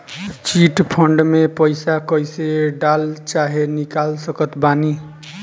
Chit fund मे पईसा कईसे डाल चाहे निकाल सकत बानी?